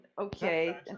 okay